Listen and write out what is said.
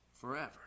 forever